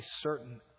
certain